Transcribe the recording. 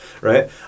right